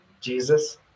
Jesus